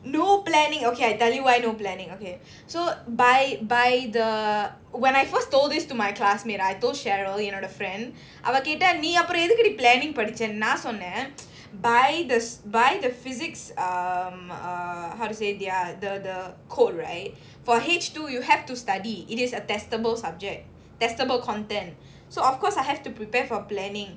no planning okay I tell you why no planning okay so by by the when I first told this to my classmate I told cheryl you know the friend நீ அப்ப எதுக்கு டீ:nee appe ethukku dee planning படிச்ச நா சொன்னேன்:padicha naa sonnaen by the by the physics um err how to say their the the code right for H two you have to study it is a testable subject testable content so of course I have to prepare for planning